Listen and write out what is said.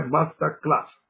Masterclass